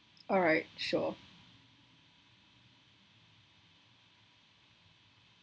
alright sure